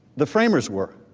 the framers were.